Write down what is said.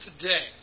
today